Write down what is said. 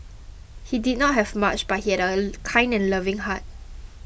he did not have much but he had a kind and loving heart